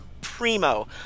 Primo